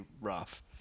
rough